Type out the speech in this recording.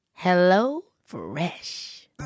HelloFresh